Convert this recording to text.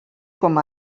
com